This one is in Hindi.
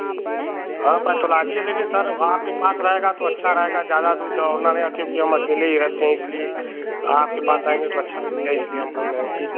हाँ पैथोलााजी है लेकिन सर आपके पास रहेगा तो अच्छा रहेगा ज़्यादा दूर दौड़ना नहीं क्योंकि हम अकेले ही रहते हैं इसलिए आपके पास आऍंगे तो अच्छा रहेगा इसलिए हम बोल रहे हैं कि